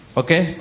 okay